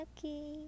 Okay